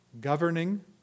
governing